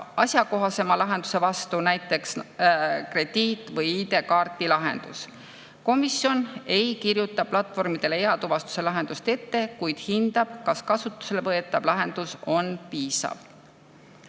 asjakohasema lahenduse, näiteks krediit‑ või ID‑kaardi lahenduse vastu. Komisjon ei kirjuta platvormidele eatuvastuse lahendust ette, kuid hindab, kas kasutusele võetav lahendus on piisav.